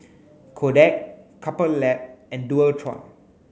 Kodak Couple Lab and Dualtron